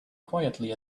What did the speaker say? quietly